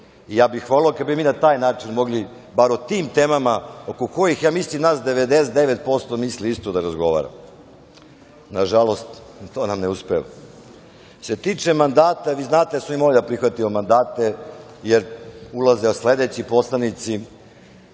i ja bih voleo kada bi mi na taj način mogli bar o tim temama oko kojih, ja mislim, nas 99% misli isto da razgovaramo. Nažalost, to nam ne uspeva. Što se tiče mandata, vi znate da smo mi morali da prihvatimo mandate, jer ulaze sledeći poslanici.